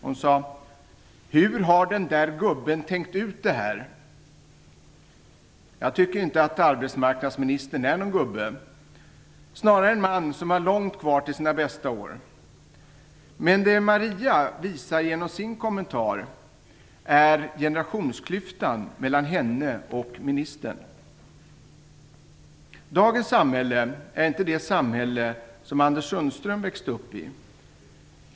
Hon sade : "Hur har den där gubben tänkt ut det här?" Jag tycker inte att arbetsmarknadsministern är någon "gubbe", snarare en man som har långt kvar till sina bästa år. Men det Maria visar genom sin kommentar är generationsklyftan mellan henne och ministern. Dagens samhälle är inte det samhälle som Anders Sundström växte upp i.